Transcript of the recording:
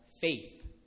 faith